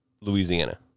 Louisiana